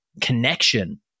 connection